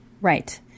right